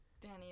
Danny